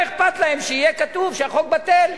מה אכפת להם שיהיה כתוב שהחוק בטל?